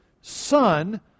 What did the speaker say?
son